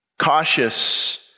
Cautious